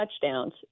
touchdowns